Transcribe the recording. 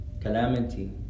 calamity